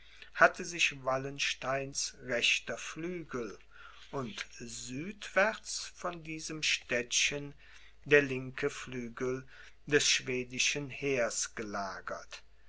hatte sich wallensteins rechter flügel und südwärts von diesem städtchen der linke flügel des schwedischen heers gelagert